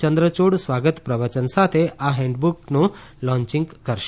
ચંદ્રચૂડ સ્વાગત પ્રવચન સાથે આ હેન્ડબુકનું લોન્ચિંગ કરશે